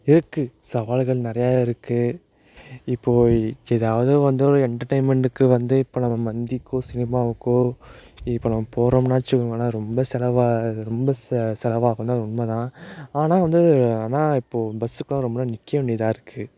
இருக்குது சவால்கள் நிறையா இருக்குது இப்போது எதாவது வந்து ஒரு என்டர்டைன்மெண்ட்டுக்கு வந்து இப்போ நம்ம மந்திக்கோ சினிமாவுக்கோ இப்போ நம்ம போகிறோம்னா வச்சுக்கோங்களேன் ரொம்ப செலவாகுது ரொம்ப ச செலவாகும் தான் அது உண்மை தான் ஆனால் வந்து ஆனால் இப்போது பஸ்ஸுக்குலாம் ரொம்ப நேரம் நிற்க வேண்டியதாக இருக்குது